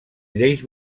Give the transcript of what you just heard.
lleis